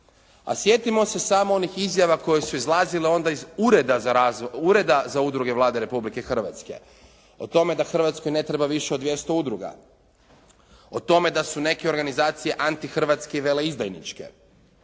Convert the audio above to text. A sjetimo se samo onih izjava koje su izlazile onda iz Ureda za udruge Vlade Republike Hrvatske, o tome da Hrvatskoj ne treba više od 200 udruga, o tome da su neke organizacije antihrvatske i veleizdajničke,